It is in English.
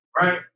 right